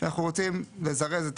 שאנחנו רוצים לזרז,